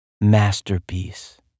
masterpiece